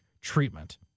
treatment